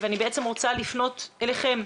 אני רוצה לפנות אליכם,